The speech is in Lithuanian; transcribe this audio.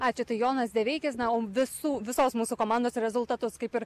ačiū tai jonas deveikis na o visų visos mūsų komandos rezultatus kaip ir